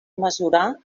mesurar